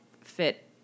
fit